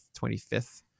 25th